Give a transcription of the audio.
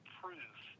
proof